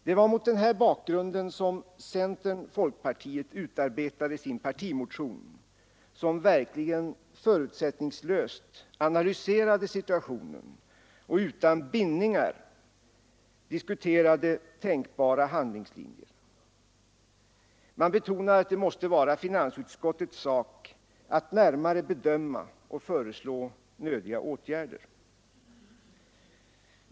Det var mot denna bakgrund som centern-folkpartiet utarbetade sin gemensamma motion, som verkligen förutsättningslöst analyserade situationen och utan bindningar diskuterade tänkbara handlingslinjer. Man betonade att det måste vara finansutskottets sak att närmare bedöma och föreslå nödiga åtgärder.